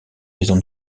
maison